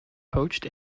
poached